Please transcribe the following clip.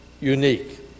unique